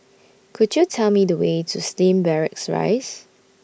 Could YOU Tell Me The Way to Slim Barracks Rise